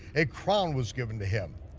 a crown was given to him,